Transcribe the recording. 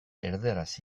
erdaraz